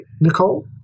Nicole